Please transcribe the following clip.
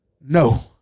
No